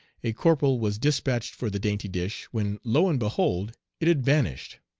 a corporal was dispatched for the dainty dish, when, lo, and behold! it had vanished.